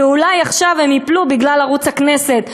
ואולי עכשיו הן ייפלו בגלל ערוץ הכנסת,